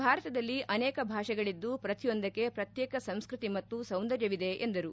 ಭಾರತದಲ್ಲಿ ಅನೇಕ ಭಾಷೆಗಳಿದ್ದು ಪ್ರತಿಯೊಂದಕ್ಕೆ ಪ್ರತ್ನೇಕ ಸಂಸ್ಕತಿ ಮತ್ತು ಸೌಂದರ್ಯವಿದೆ ಎಂದರು